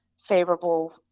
favorable